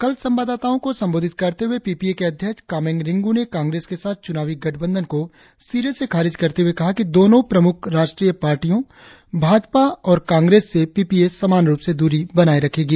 कल संवाददाताओं को संबोधित करते हुए पी पी ए के अध्यक्ष कामेंग रिंगु ने कांग्रेस के साथ चुनावी गठबंधन को सिरे से खारिज करते हुए कहा कि दोनों प्रमुख राष्ट्रीय पार्टियों भाजपा और कांग्रेस से पी पी ए समान रुप से दूरी बनाए रखेगी